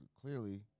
clearly